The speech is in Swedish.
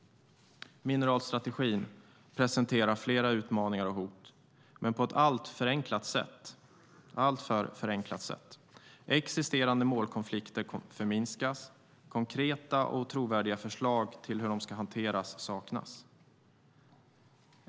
Mineralstrategin presenterar flera utmaningar och hot men på ett alltför förenklat sätt. Existerande målkonflikter förminskas, och konkreta och trovärdiga förslag till hur de ska hanteras saknas.